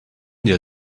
dir